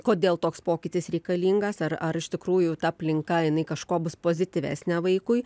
kodėl toks pokytis reikalingas ar ar iš tikrųjų ta aplinka jinai kažkuo bus pozityvesnė vaikui